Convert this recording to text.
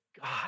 God